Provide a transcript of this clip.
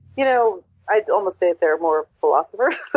you know i'd almost say they're more philosophers.